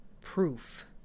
proof